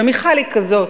ומיכל היא כזאת.